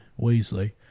Weasley